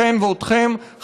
ואנחנו צריכים אתכן ואתכם חזקים,